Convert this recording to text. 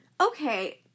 Okay